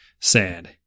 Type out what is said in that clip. Sad